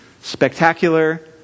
spectacular